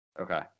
okay